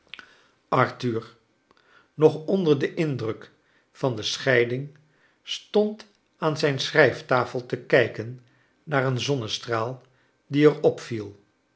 arthur nog onder den indruk van de scheiding stond aan zijn schrijftafel te kijken naar een zonnestraal die er